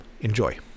enjoy